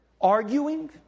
Arguing